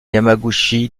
yamaguchi